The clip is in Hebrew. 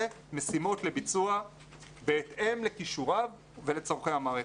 משימות לביצוע בהתאם לכישוריו ולצורכי המערכת.